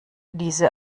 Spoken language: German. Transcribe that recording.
diese